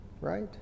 right